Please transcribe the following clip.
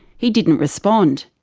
he didn't respond.